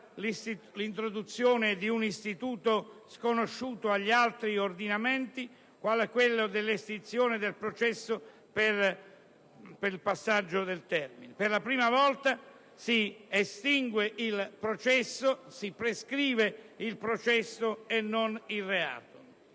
l'introduzione di un istituto sconosciuto agli altri ordinamenti qual è quello dell'estinzione del processo per la scadenza dei termini. Per la prima volta si prescrive il processo e non il reato.